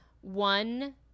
one